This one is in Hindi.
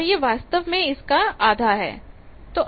और यह वास्तव में इसका आधा है